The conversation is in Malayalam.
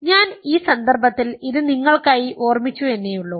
ഞാൻ ഈ സന്ദർഭത്തിൽ ഇത് നിങ്ങൾക്കായി ഓർമ്മിച്ചു എന്നേയുള്ളൂ